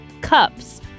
cups